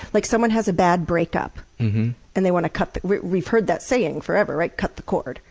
like someone has a bad break-up and they want to cut the we've heard that saying forever, right? cut the cord.